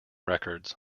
records